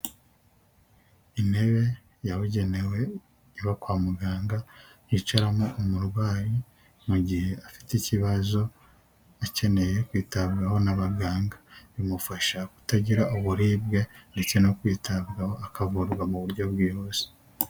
Intebe yabugenewe iba kwa muganga yicaramo umurwayi mu gihe afite ikibazo akeneye kwitabwaho n'abaganga, bimufasha kutagira uburibwe ndetse no kwitabwaho, akavurwa mu buryo bwihuse.